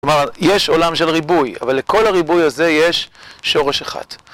כלומר, יש עולם של ריבוי, אבל לכל הריבוי הזה יש שורש אחת.